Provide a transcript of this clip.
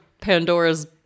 Pandora's